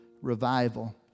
revival